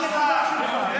דודי,